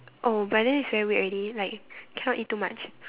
oh but then it's very weird already like cannot eat too much